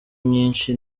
myinshi